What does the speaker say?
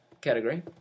category